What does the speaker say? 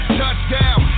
touchdown